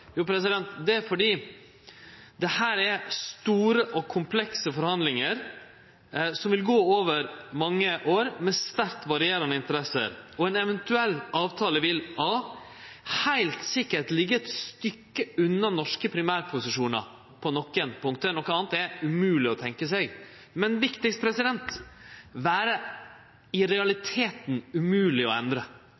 Jo, det er fordi dette er store og komplekse forhandlingar, som vil gå over mange år, med sterkt varierande interesser. Ein eventuell avtale vil på nokre punkt heilt sikkert liggje eit stykke unna norske primærposisjonar – noko anna er umogleg å tenkje seg – men, viktigast, han vil i